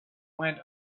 went